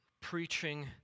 preaching